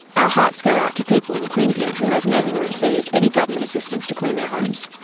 our hearts go out to people in queanbeyan who have never received any government assistance to clean their homes.